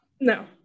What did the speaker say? No